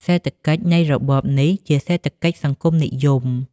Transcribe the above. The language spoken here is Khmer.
សេដ្ឋកិច្ចនៃរបបនេះជា សេដ្ឋកិច្ចសង្គមនិយម។